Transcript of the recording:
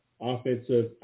offensive